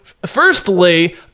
firstly